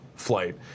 flight